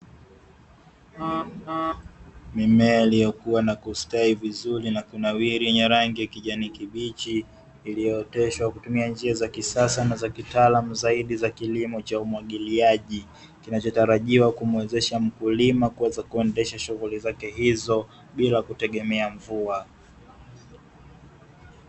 Mimea iliyokua na kustawi vizuri na kunawiri yenye rangi ya kijani kibichi, iliyooteshwa kwa kutumia njia za kisasa ana za kitaalamu zaidi za kilimo cha umwagilaji, kinachotarajiwa kumuwezesha mkulima kuweza kuendesha shughuli zake hizo bila kutegemea mvua.